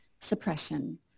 suppression